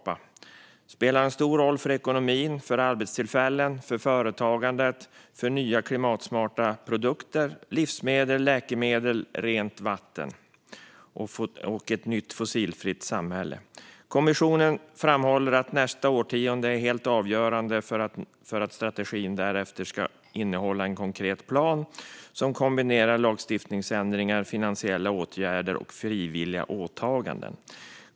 Den spelar en stor roll för ekonomin, för arbetstillfällen, för företagandet, för nya klimatsmarta produkter, livsmedel, läkemedel, rent vatten och för ett nytt fossilfritt samhälle. Kommissionen framhåller att nästa årtionde är helt avgörande och att strategin därför innehåller en konkret plan som kombinerar lagstiftningsändringar, finansiella åtgärder och frivilliga åtaganden.